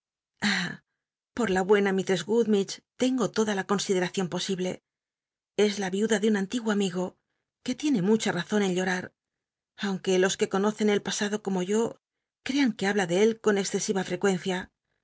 por la buena mistrcss gummidgc tengo toda la considcracion posible es la iuda de un antiguo amigo que tiene mucha razon en llorar aunque los c uc conocen el pasado como yo crean que habla de él con excesiva frccucncia